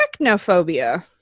Technophobia